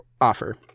offer